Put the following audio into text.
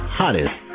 hottest